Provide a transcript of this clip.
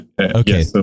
Okay